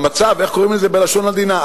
במצב, איך קוראים לזה בלשון עדינה?